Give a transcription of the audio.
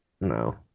No